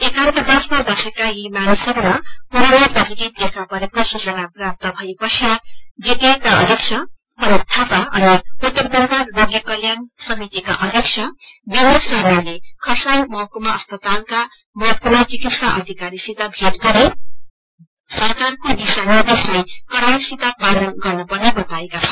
एकान्तवासमा बसेका यी मानिसहरूमा कोरोना पोजीटिष देखा परेको सुचना प्राप्त भए पश्चात जीटीएका अध्यक्ष अनित थापा अनि उत्तर बंगाल रोगी कल्याण समितिका अध्यक्ष वित्री शर्माले खरसाङ महकुमा अस्पतालका महकुमा चिकित्सा अधिकारीसित थेट गरी सरकारको दिश्रा निर्देशलाई कड़ाई सित पालन गर्न पर्ने बताएका छन्